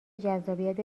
جذابیت